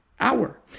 hour